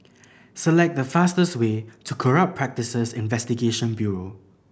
select the fastest way to Corrupt Practices Investigation Bureau